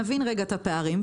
נבין את הפערים,